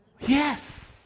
Yes